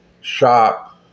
shop